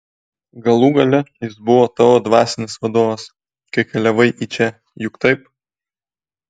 galų gale jis buvo tavo dvasinis vadovas kai keliavai į čia juk taip